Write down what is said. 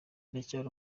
ndacyari